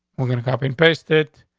we're gonna copy and paste it.